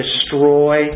destroy